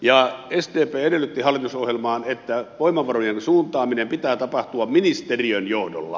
sdp edellytti hallitusohjelmaan että voimavarojen suuntaamisen pitää tapahtua ministeriön johdolla